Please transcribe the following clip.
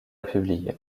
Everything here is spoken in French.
publier